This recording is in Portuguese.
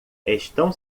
estão